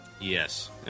Yes